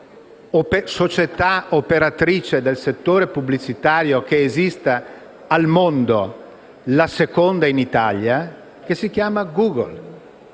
società operatrice del settore pubblicitario che esista al mondo, la seconda in Italia, che si chiama Google,